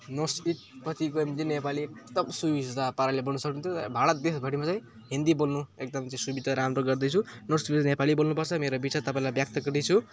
नर्थइस्टपट्टि गयो भने चाहिँ नेपाली सुविस्ता पाराले बोल्न सक्नुहुन्थ्यो तर भारत देशभरीमा चाहिँ हिन्दी बोल्नु एकदम चाहिँ सुविधा राम्रो गर्दैछु नर्थइस्टमा नेपाली बोल्नुपर्छ मेरो विचार तपाईँलाई व्यक्त गर्दैछु